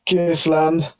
Kissland